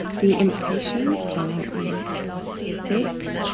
the implications are a thick